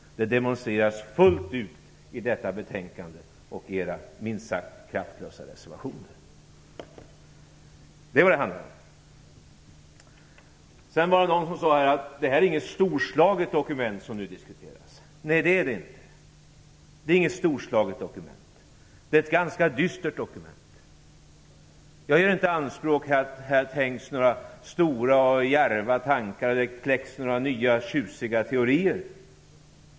Det demonstreras fullt ut i detta betänkande och i era minst sagt kraftlösa reservationer. Det är vad detta handlar om. Sedan var det någon som sade att det är inte något storslaget dokument som diskuteras. Nej, det är det inte. Det är ett ganska dystert dokument. Jag gör inte anspråk på att det har tänkts några stora och djärva tankar eller att det har kläckts några nya, tjusiga teorier.